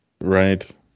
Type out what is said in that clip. Right